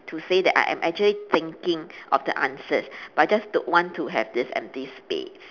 to say that I am actually thinking of the answers but I just don't want to have this empty space